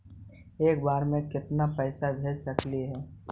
एक बार मे केतना पैसा भेज सकली हे?